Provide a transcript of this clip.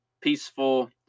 peaceful